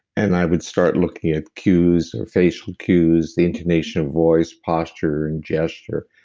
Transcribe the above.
and i would start looking at cues or facial cues, the intonation of voice, posture and gesture.